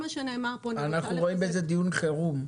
אנחנו רואים בזה דיון חירום.